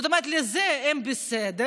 זאת אומרת, לזה הם בסדר,